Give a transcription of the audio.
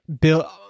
bill